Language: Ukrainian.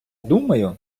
думаю